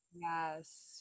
yes